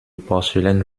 porcelaine